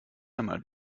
einmal